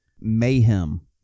Mayhem